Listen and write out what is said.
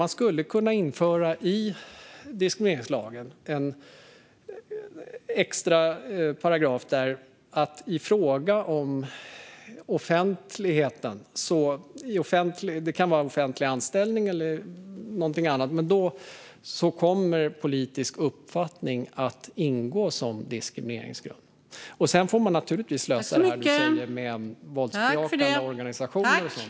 Man skulle kunna införa en extra paragraf i diskrimineringslagen om att politisk uppfattning ska ingå som diskrimineringsgrund när det gäller offentligheten - det kan vara en offentlig anställning eller någonting annat. Sedan får man naturligtvis lösa det du säger med våldsbejakande organisationer och så vidare.